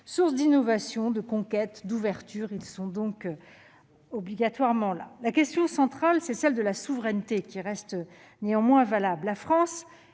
sources d'innovation, de conquête, d'ouverture et sont donc inaltérables. La question centrale, celle de la souveraineté, reste néanmoins valable